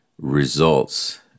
results